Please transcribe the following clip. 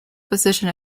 position